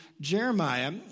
Jeremiah